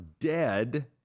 dead